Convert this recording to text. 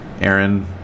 Aaron